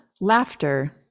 laughter